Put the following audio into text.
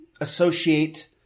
associate